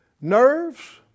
Nerves